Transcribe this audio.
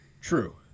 True